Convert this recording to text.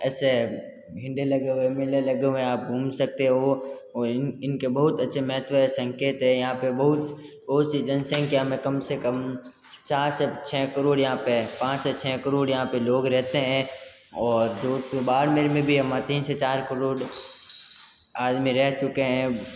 ऐसे लगे हुए मेले लगे हुए है आप घूम सकते हो और इन इनके बहुत अच्छे महत्व संकेत है यहाँ पर बहुत बहुत सी जनसंख्या में कम से कम चार से छः करोड़ यहाँ पर है पाँच से छः करोड़ यहाँ पर लोग रहते हैं और जोध बाड़मेर में भी तीन से चार करोड़ आदमी रह चुके हैं